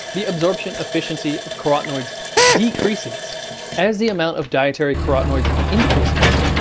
the absorption efficiency of carotenoids decreases as the amount of dietary carotenoids increases,